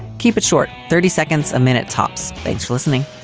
keep it short. thirty seconds a minute, tops. thanks for listening